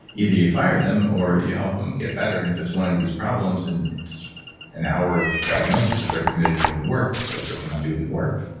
either you fire them or you help them get better. and if it's one of these problems, and it's an hour of diagnosis, if they're committed to doing the work, you work with them on doing the work.